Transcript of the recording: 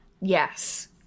yes